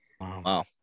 Wow